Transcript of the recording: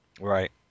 Right